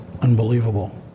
unbelievable